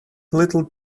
little